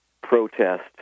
protest